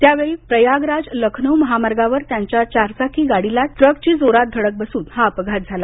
त्यावेळी प्रयागराज लखनौ महामार्गावर त्यांच्या चार चाकी गाडीची ट्रकला जोरात धडक बसून हा अपघात झाला